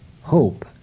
hope